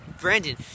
Brandon